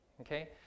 Okay